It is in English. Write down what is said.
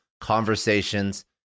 conversations